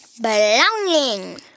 Belonging